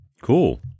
Cool